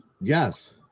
Yes